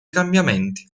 cambiamenti